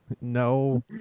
No